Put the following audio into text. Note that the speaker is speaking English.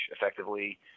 effectively